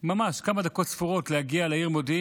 בו ממש כמה דקות ספורות להגיע למודיעין,